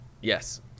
Yes